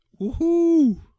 woohoo